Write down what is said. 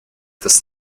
does